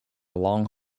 long